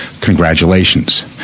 congratulations